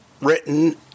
written